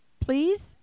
Please